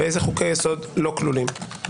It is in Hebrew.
ויציג גם את רשימת החוקים שבוודאות זה חל,